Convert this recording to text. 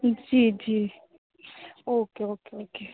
जी जी okay okay okay